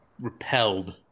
repelled